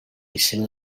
liceu